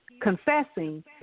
confessing